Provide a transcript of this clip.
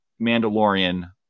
Mandalorian